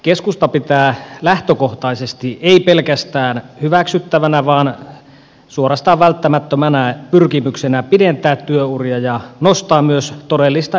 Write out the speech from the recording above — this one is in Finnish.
keskusta pitää lähtökohtaisesti ei pelkästään hyväksyttävänä vaan suorastaan välttämättömänä pyrkimystä pidentää työuria ja nostaa myös todellista eläköitymisikää